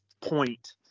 point